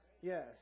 Yes